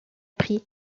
prix